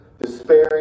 despairing